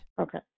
Okay